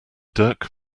dirk